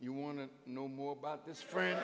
you want to know more about this friend